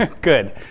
Good